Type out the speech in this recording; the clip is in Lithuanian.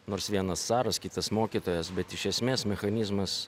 nors vienas caras kitas mokytojas bet iš esmės mechanizmas